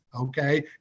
Okay